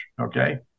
okay